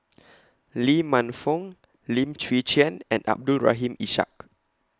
Lee Man Fong Lim Chwee Chian and Abdul Rahim Ishak